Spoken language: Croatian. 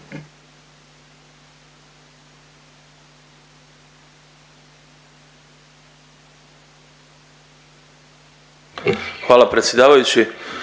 Hvala predsjedavajući.